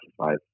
exercise